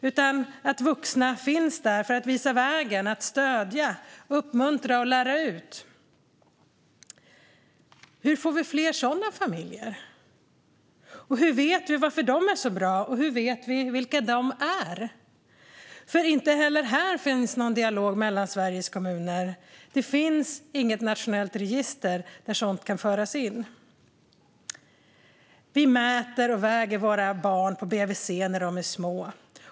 Här finns vuxna som visar vägen, stöder, uppmuntrar och lär ut. Hur får vi fler sådana familjer? Hur vet vi varför de är så bra? Hur vet vi vilka de är? Inte heller här finns någon dialog mellan Sveriges kommuner, och det finns inget nationellt register där sådant kan föras in. Vi mäter och väger våra barn på BVC när de är små.